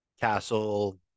Castle